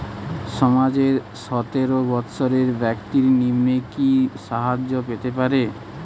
সমাজের সতেরো বৎসরের ব্যাক্তির নিম্নে কি সাহায্য পেতে পারে?